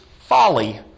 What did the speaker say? folly